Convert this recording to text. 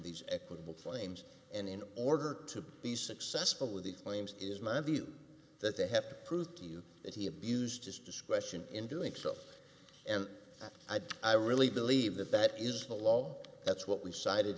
these equitable flames and in order to be successful with the claims is my view that they have to prove to you that he abused his discretion in doing so and i really believe that that is the law that's what we cited